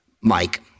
Mike